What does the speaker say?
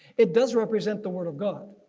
it does represent the word of god